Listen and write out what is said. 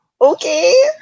okay